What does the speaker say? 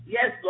Yes